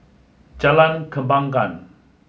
Jalan Kembangan